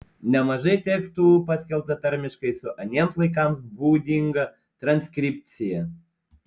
nemažai tekstų paskelbta tarmiškai su aniems laikams būdinga transkripcija